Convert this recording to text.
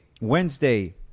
Wednesday